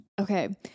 Okay